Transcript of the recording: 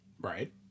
Right